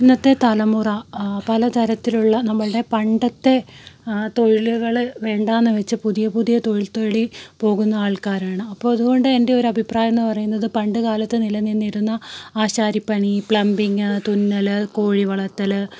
ഇന്നത്തെ തലമുറ പലതരത്തിലുള്ള നമ്മളുടെ പണ്ടത്തെ തൊഴിലുകൾ വേണ്ടയെന്നു വച്ച് പുതിയ പുതിയ തൊഴിൽ തേടി പോകുന്ന ആൾക്കാരാണ് അപ്പോൾ അതുകൊണ്ട് എൻ്റെ ഒരു അഭിപ്രായം എന്നു പറയുന്നത് പണ്ടു കാലത്ത് നിലനിന്നിരുന്ന ആശാരിപ്പണി പ്ലമ്പിങ്ങ് തുന്നൽ കോഴി വളർത്തൽ